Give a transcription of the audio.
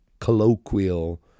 colloquial